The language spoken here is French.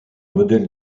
modèle